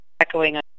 Echoing